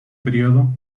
periodo